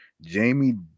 Jamie